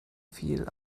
viel